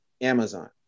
Amazon